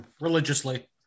religiously